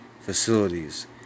facilities